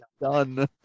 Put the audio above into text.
done